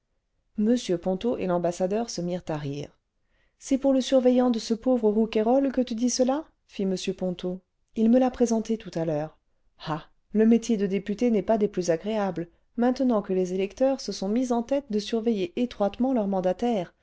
m ponto et l'ambassadeur se mirent à rire ce c'est pour le surveillant de ce pauvre rouquayrol que tu dis cela fit m ponto il me l'a présenté tout à l'heure ah le métier de député n'est pas des plus agréables maintenant que les électeurs se sont mis en tête de surveiller étroitement leur mandataire